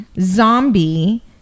Zombie